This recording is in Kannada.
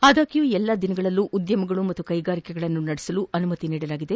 ಆದಾಗ್ಡ್ ಎಲ್ಲಾ ದಿನಗಳಲ್ಲೂ ಉದ್ಯಮಗಳು ಮತ್ತು ಕೈಗಾರಿಕೆಗಳನ್ನು ನಡೆಸಲು ಅನುಮತಿ ನೀಡಲಾಗಿದೆ